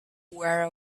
aware